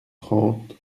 trente